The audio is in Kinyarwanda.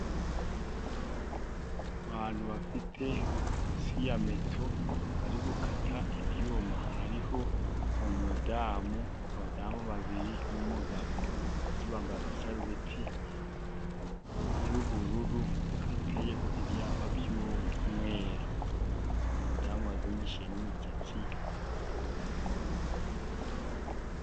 Abantu bafite siyameto bari gukata ibyuma. Hariho umudamu, abadamu babiri n'umugabo. Bose bambaye amasarubeti y'ubururu. Hateyeho ibyapa by'umweru. Umudamu wazingishije n'imisatsi.